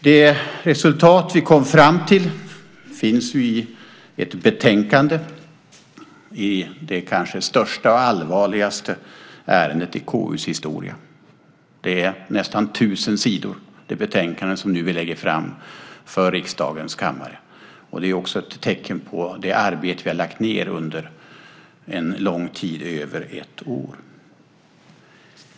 Det resultat vi har kommit fram till finns i ett betänkande, som behandlar det kanske största och allvarligaste ärendet i KU:s historia. Det betänkande vi nu lägger fram är på nästan 1 000 sidor, och det är också ett tecken på det arbete vi nu har lagt ned under mer än ett år.